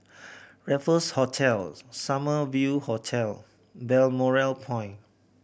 Raffles Hotel Summer View Hotel Balmoral Point